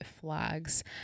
flags